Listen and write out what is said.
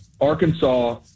Arkansas